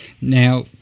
Now